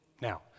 Now